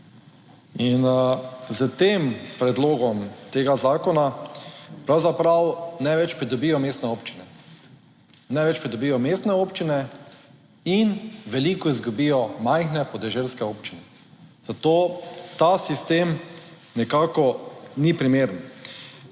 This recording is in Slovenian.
In s tem predlogom tega zakona pravzaprav največ pridobijo mestne občine. Največ pridobijo mestne občine in veliko izgubijo majhne podeželske občine, zato ta sistem nekako ni primeren.